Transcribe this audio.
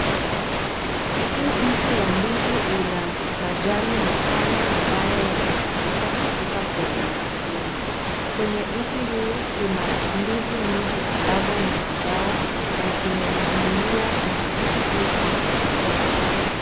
Huu mti wa ndizi una majani mapana ambayo yamekatika katika kwenye masehemu. Kwenye mti huu, kuna ndizi mingi ambazo ni mazao na zimeninginia kwenye mti huu kwa uzito wao.